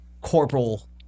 corporal